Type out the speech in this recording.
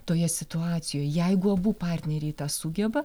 toje situacijoj jeigu abu partneriai tą sugeba